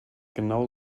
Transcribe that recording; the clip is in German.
genau